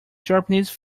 japanese